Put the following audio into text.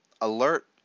alert